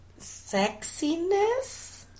sexiness